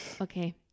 okay